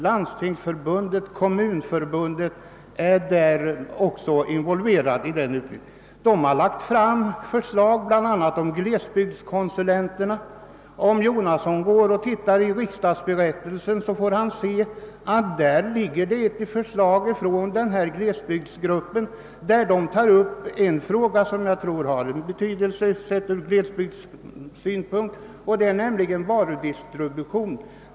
Landstingsförbundet och Kommunförbundet är också involverade i utredningen. Denna har framlagt förslag bl.a. beträffande glesbygdskonsulenterna. Och om herr Jonasson studerar årets riksdagsberättelse skall han vidare finna förslag från arbetsgruppen för glesbygdsfrågor i en annan fråga som jag tror har betydelse ur glesbygdssynpunkt, nämligen varudistributionen.